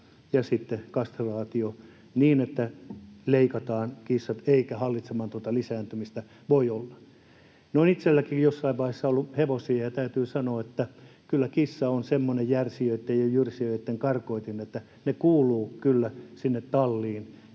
kastraatio, niin että leikataan kissat eikä hallitsematonta lisääntymistä voi olla. Itselläkin on jossain vaiheessa ollut hevosia, ja täytyy sanoa, että kyllä kissa on sellainen järsijöitten ja jyrsijöitten karkotin, että ne kuuluvat kyllä sinne talliin